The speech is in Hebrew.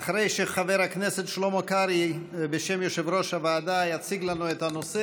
אחרי שחבר הכנסת שלמה קרעי יציג לנו בשם יושב-ראש הוועדה את הנושא,